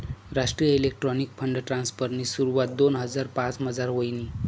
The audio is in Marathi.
राष्ट्रीय इलेक्ट्रॉनिक्स फंड ट्रान्स्फरनी सुरवात दोन हजार पाचमझार व्हयनी